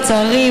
לצערי,